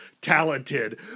talented